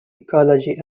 ecology